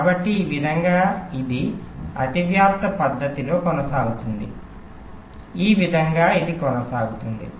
కాబట్టి ఈ విధంగా ఇది అతివ్యాప్తి పద్ధతిలో కొనసాగుతుంది ఈ విధంగా ఇది కొనసాగుతుంది